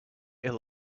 there